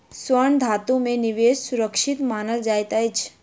स्वर्ण धातु में निवेश सुरक्षित मानल जाइत अछि